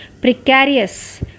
precarious